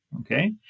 Okay